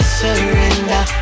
surrender